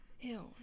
ew